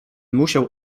musiał